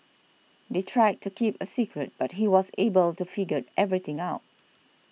they tried to keep a secret but he was able to figured everything out